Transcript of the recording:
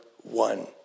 one